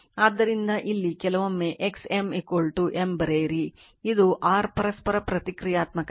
ಆದ್ದರಿಂದ ಇಲ್ಲಿ ಕೆಲವೊಮ್ಮೆ x M M ಬರೆಯಿರಿ ಇದು r ಪರಸ್ಪರ ಪ್ರತಿಕ್ರಿಯಾತ್ಮಕತೆ